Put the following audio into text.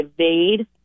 evade